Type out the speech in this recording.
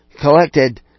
collected